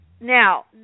Now